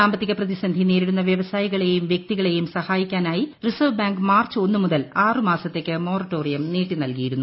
സാമ്പത്തിക പ്രതിസന്ധി നേരിടുന്ന വ്യവസായികളേയും വൃക്തികളെയും സഹായിക്കാനായി റിസർവ് ബാങ്ക് മാർച്ച് ഒന്നു മുതൽ ആറു മാസത്തേക്ക് മൊറട്ടോറിയം നീട്ടി നൽകിയിരുന്നു